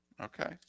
Okay